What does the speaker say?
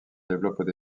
développent